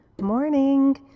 morning